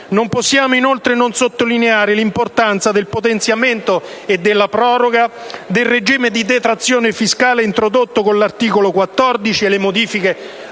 Non possiamo, inoltre, non sottolineare l'importanza del potenziamento e della proroga del regime di detrazione fiscale introdotto con l'articolo 14 e con le modifiche